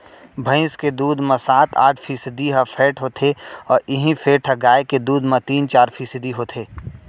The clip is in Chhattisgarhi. भईंस के दूद म सात आठ फीसदी ह फेट होथे अउ इहीं फेट ह गाय के दूद म तीन चार फीसदी होथे